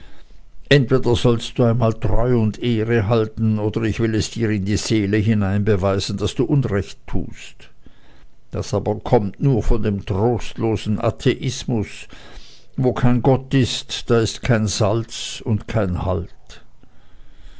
entweder sollst du einmal treue und ehre halten oder ich will es dir in die seele hinein beweisen daß du unrecht tust das kommt aber nur von dem trostlosen atheismus wo kein gott ist da ist kein salz und kein halt